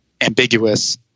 ambiguous